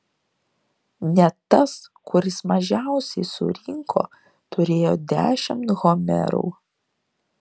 net tas kuris mažiausiai surinko turėjo dešimt homerų